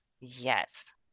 Yes